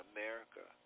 America